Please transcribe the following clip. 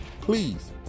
Please